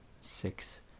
six